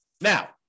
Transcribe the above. Now